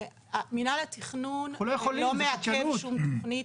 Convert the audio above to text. מינהל התכנון לא מעכב שום תכנית.